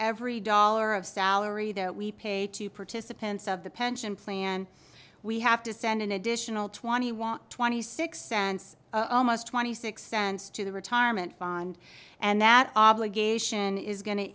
every dollar of salary that we pay to participants of the pension plan we have to send an additional twenty want twenty six cents us twenty six cents to the retirement fund and that obligation is go